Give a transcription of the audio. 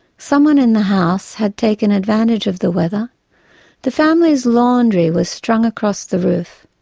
someone in the house had taken advantage of the weather the family's laundry was strung across the roof.